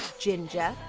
ginger,